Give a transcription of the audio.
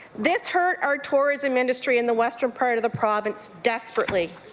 this hurt our tourism industry in the western part of the province desperately.